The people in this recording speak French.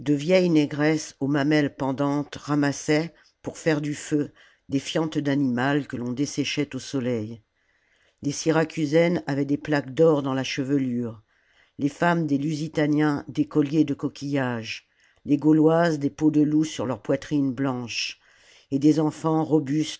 négresses aux mamelles pendantes ramassaient pour faire du feu des fientes d'animal que l'on desséchait au soleil les syracusaines avaient des plaques d'or dans la chevelure les femmes des lusitaniens des colliers de coquillages les gauloises des peaux de loup sur leur poitrine blanche et des enfants robustes